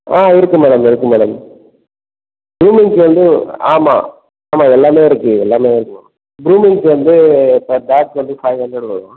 ஆ இருக்குது மேடம் இருக்குது மேடம் க்ரூமிங்க்கு வந்து ஆமாம் ஆமாம் எல்லாமே இருக்குது எல்லாமேதான் இருக்குது மேம் க்ரூமிங்க்கு வந்து பர் டாக்கு வந்து ஃபைவ் ஹண்ட்ரட் வரும்